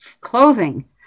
clothing